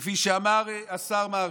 כפי שאמר השר מרגי.